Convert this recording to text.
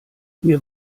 mir